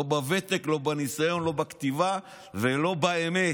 לא בוותק, לא בניסיון, לא בכתיבה ולא באמת.